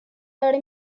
داره